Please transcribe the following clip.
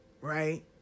right